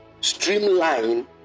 streamline